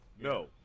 no